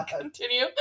continue